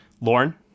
Lauren